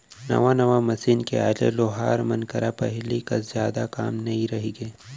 नवा नवा मसीन के आए ले लोहार मन करा पहिली कस जादा काम नइ रइगे